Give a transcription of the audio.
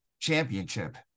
championship